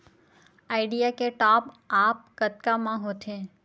Idea के top up कतका म होथे?